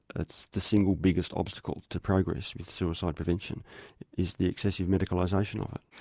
it's the single biggest obstacle to progress with suicide prevention is the excessive medicalisation of it.